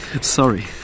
sorry